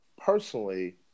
personally